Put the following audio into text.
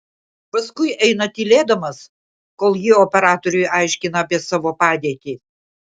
paskui eina tylėdamas kol ji operatoriui aiškina apie savo padėtį